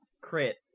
crit